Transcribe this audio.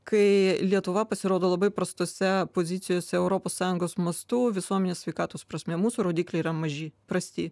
kai lietuva pasirodo labai prastose pozicijose europos sąjungos mastu visuomenės sveikatos prasme mūsų rodikliai yra maži prasti